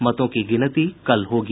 मतों की गिनती कल होगी